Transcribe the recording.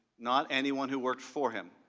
not anyone who worked for him.